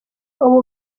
ubu